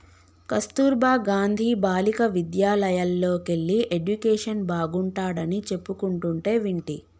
కస్తుర్బా గాంధీ బాలికా విద్యాలయల్లోకెల్లి ఎడ్యుకేషన్ బాగుంటాడని చెప్పుకుంటంటే వింటి